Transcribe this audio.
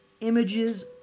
images